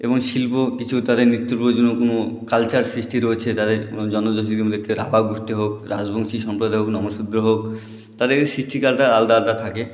এবং শিল্প কিছু তাদের নিত্য প্রয়োজনীয় কালচার সৃষ্টি রয়েছে তাদের জনজাতিদের মধ্যে রাভা গোষ্ঠী হোক রাজবংশী সম্প্রদায় হোক নমশূদ্র হোক তাদের এই সৃষ্টিকালটা আলাদা আলাদা থাকে